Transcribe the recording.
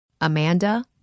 Amanda